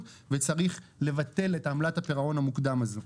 וצריך לבטל את עמלת הפירעון המוקדם הזאת.